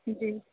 جی